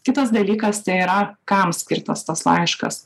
kitas dalykas tai yra kam skirtas tas laiškas